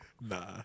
Nah